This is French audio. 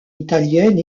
italienne